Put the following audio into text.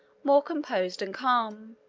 more composed and calm.